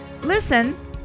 Listen